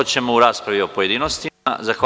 To ćemo u raspravi u pojedinostima.